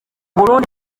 burundi